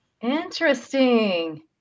Interesting